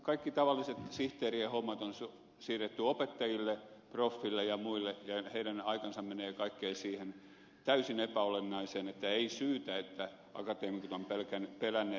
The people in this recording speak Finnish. kaikki tavalliset sihteerien hommat on siirretty opettajille proffille ja muille ja heidän aikansa menee kaikkeen siihen täysin epäolennaiseen että eivät syyttä akateemikot ole pelänneet